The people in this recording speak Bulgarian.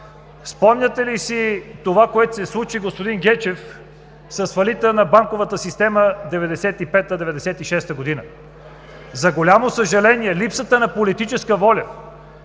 Спомняте ли си това, което се случи, господин Гечев, с фалита на банковата система 1995-1996 г.? За голямо съжаление, липсата на политическа воля